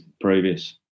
previous